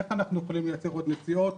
איך אנחנו יכולים לייצר עוד נסיעות.